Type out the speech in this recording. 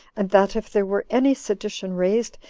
and that if there were any sedition raised,